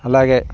అలాగే